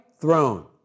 throne